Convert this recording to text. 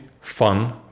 fun